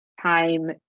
time